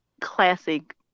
classic